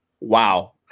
wow